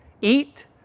Eat